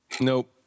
Nope